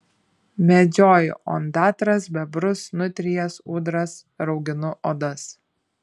medžioju ondatras bebrus nutrijas ūdras rauginu odas